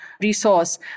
resource